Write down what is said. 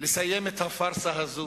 לסיים את הפארסה הזאת,